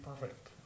perfect